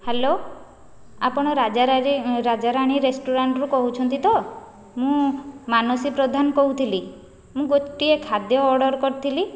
hello ଆପଣ ରାଜାରାଣୀ ରେଷ୍ଟୁରାଣ୍ଟରୁ କହୁଛନ୍ତି ତ ମୁଁ ମାନସୀ ପ୍ରଧାନ କହୁଥିଲି ମୁଁ ଗୋଟିଏ ଖାଦ୍ୟ ଅର୍ଡ଼ର କରିଥିଲି